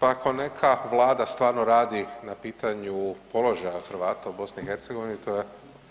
Pa ako neka vlada stvarno radi na pitanju položaja Hrvata u BiH to je